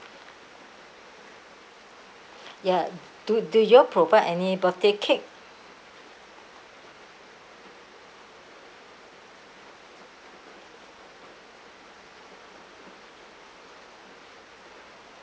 ya do do you all provide any birthday cake